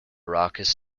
raucous